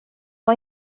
har